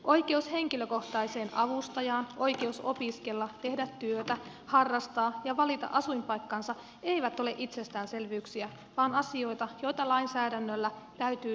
oikeus henkilökohtaiseen avustajaan oikeus opiskella tehdä työtä harrastaa ja valita asuinpaikkansa eivät ole itsestäänselvyyksiä vaan asioita joita lainsäädännöllä täytyy turvata